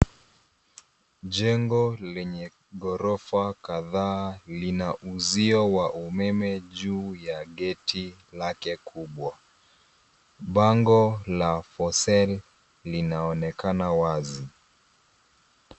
Jengo lenye ghorofa kadhaa lina uzio wa umeme juu ya gate lake kubwa. Bango la, for sale, linaonekana wazi.